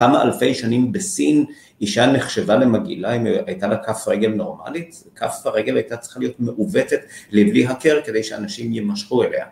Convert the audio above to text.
כמה אלפי שנים בסין, אישה נחשבה למגעילה אם הייתה לה כף רגל נורמלית, כף הרגל הייתה צריכה להיות מעוותת לבלי הכר כדי שאנשים יימשכו אליה.